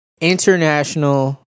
International